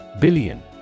Billion